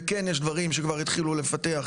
וכן יש דברים שכבר התחילו לפתח,